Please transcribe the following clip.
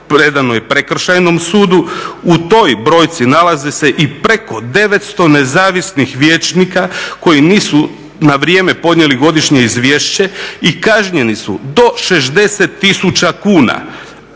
predano je prekršajnom sudu, u toj brojci nalaze se i preko 900 nezavisnih vijećnika koji nisu na vrijeme podnijeli godišnje izvješće i kažnjeni su do 60 tisuća